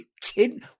kidding